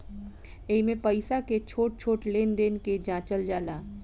एइमे पईसा के छोट छोट लेन देन के जाचल जाला